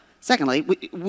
secondly